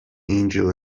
angel